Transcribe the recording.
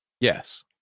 Yes